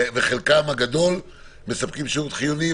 וחלקם הגדול מספקים שירות חיוני,